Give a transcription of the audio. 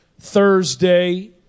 Thursday